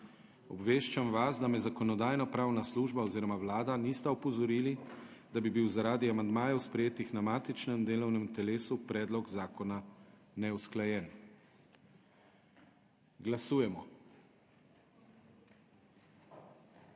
Obveščam vas, da me Zakonodajno-pravna služba oziroma Vlada nista opozorili, da bi bil, zaradi amandmajev, sprejetih na matičnem delovnem telesu, predlog zakona neusklajen. Glasujemo.